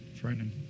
Frightening